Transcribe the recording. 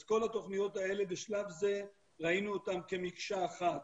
אז כל התוכניות האלה בשלב זה ראינו אותן כמקשה אחת,